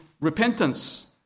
Repentance